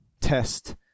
test